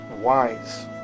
wise